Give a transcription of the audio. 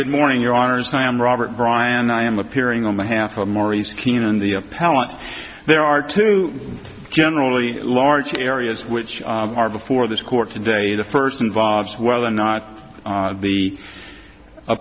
good morning your honor sam robert bryan i am appearing on behalf of maurice keenan the appellant there are two generally large areas which are before this court today the first involves whether or not the